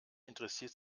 interessiert